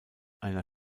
einer